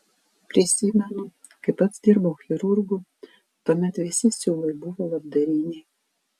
prisimenu kai pats dirbau chirurgu tuomet visi siūlai buvo labdariniai